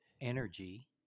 energy